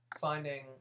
Finding